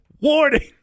Warning